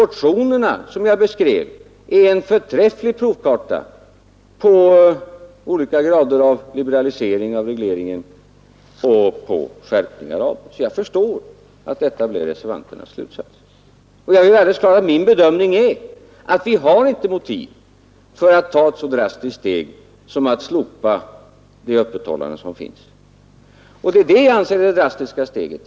Motionerna som jag beskrev är en förträfflig provkarta på olika grader av liberalisering av regleringen och på skärpningar av den, så jag förstår vad som måste bli reservanternas slutsats. Min bedömning är att vi inte har motiv för att ta ett så drastiskt steg som att slopa det öppethållande som nu förekommer — detta anser jag vara det drastiska steget.